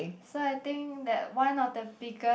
so I think that one of the biggest